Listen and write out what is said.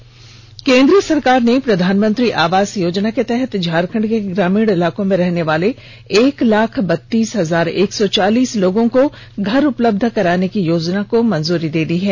आवास केन्द्र सरकार ने प्रधानमंत्री आवास योजना के तहत झारखंड के ग्रामीण इलाकों में रहने वाले एक लाख बत्तीस हजार एक सौ चालीस लोगों को घर उपलब्ध कराने की योजना को मंजूरी दे दी है